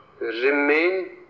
Remain